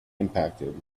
impacted